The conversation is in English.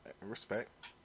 Respect